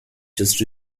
just